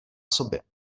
sobě